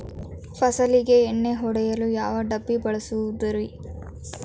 ಫಸಲಿಗೆ ಎಣ್ಣೆ ಹೊಡೆಯಲು ಯಾವ ಡಬ್ಬಿ ಬಳಸುವುದರಿ?